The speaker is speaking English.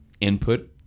input